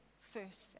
first